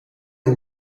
hoe